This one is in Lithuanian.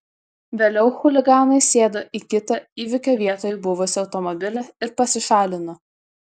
vėliau chuliganai sėdo į kitą įvykio vietoje buvusį automobilį ir pasišalino